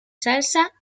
salsa